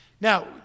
Now